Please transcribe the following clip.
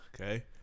Okay